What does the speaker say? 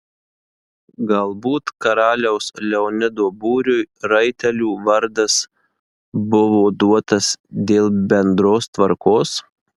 galbūt karaliaus leonido būriui raitelių vardas buvo duotas dėl bendros tvarkos